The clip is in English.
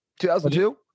2002